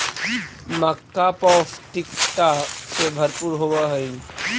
मक्का पौष्टिकता से भरपूर होब हई